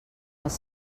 els